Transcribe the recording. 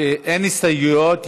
אין הסתייגויות.